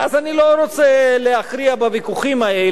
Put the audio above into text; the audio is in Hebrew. אז אני לא רוצה להכריע בוויכוחים האלה,